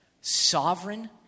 sovereign